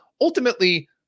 ultimately